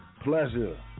pleasure